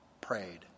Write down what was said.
prayed